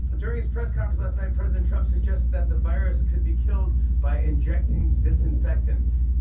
during his press conference last night, president trump suggested that the virus could be killed by injecting disinfectants.